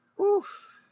oof